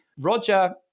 Roger